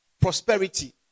prosperity